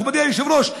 מכובדי היושב-ראש,